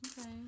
Okay